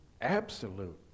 absolute